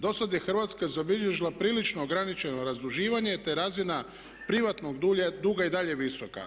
Do sad je Hrvatska zabilježila prilično ograničeno razduživanje, te razina privatnog duga je i dalje visoka.